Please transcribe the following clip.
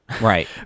Right